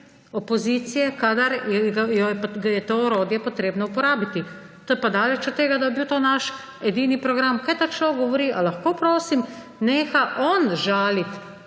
opozicije, kadar je to orodje potrebno uporabiti. To je pa daleč od tega, da bi bil to naš edini program. Kaj ta človek govori? Ali lahko, prosim, neha on žaliti